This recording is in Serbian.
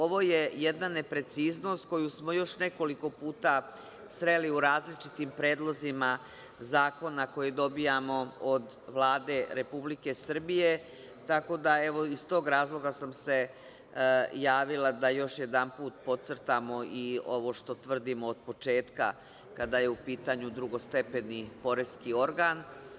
Ovo je jedna nepreciznost koju smo još nekoliko puta sreli u različitim predlozima zakona koji dobijamo od Vlade Republike Srbije, tako da iz tog razloga sam se javila, da još jedan put pocrtamo i ovo što trvdimo od početka, kada je u pitanju drugostepeni poreski organ.